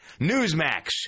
Newsmax